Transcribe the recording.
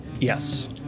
yes